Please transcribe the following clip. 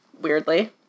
Weirdly